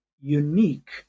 unique